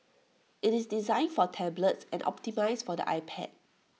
IT is designed for tablets and optimised for the iPad